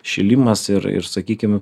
šilimas ir ir sakykime